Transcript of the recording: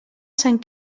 sant